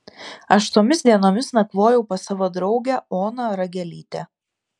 aš tomis dienomis nakvojau pas savo draugę oną ragelytę